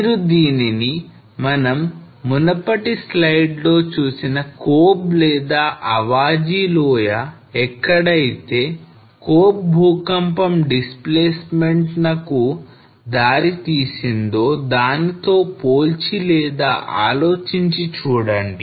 మీరు దీనిని మనం మునుపటి స్లైడ్స్ లో చూసిన Kobe లేదా Awaji లోయ ఎక్కడైతే Kobe భూకంపం డిస్ప్లేస్మెంట్ నకు దారి తీసిందో దానితో పోల్చి లేదా ఆలోచించి చూడండి